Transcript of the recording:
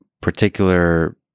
particular